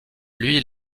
lui